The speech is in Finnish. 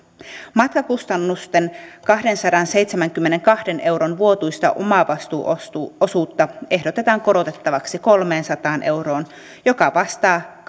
matkakustannusten kahdensadanseitsemänkymmenenkahden euron vuotuista omavastuuosuutta ehdotetaan korotettavaksi kolmeensataan euroon joka vastaa